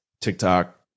TikTok